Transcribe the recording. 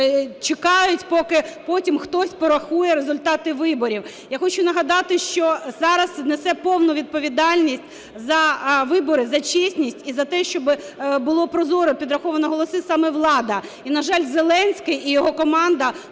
чекають, поки потім хтось порахує результати виборів. Я хочу нагадати, що зараз несе повну відповідальність за вибори, за чесність і за те, щоб було прозоро підраховано голоси, саме влада. І, на жаль, Зеленський і його команда